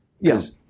Yes